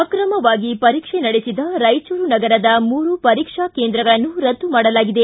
ಅಕ್ರಮವಾಗಿ ಪರೀಕ್ಷೆ ನಡೆಸಿದ ರಾಯಚೂರು ನಗರದ ಮೂರು ಪರೀಕ್ಷಾ ಕೇಂದ್ರಗಳನ್ನು ರದ್ದು ಮಾಡಲಾಗಿದೆ